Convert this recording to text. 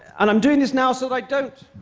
and i'm doing this now so i don't